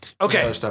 Okay